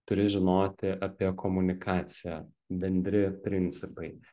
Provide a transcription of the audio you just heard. turi žinoti apie komunikaciją bendri principai